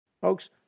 Folks